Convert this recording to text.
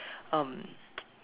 um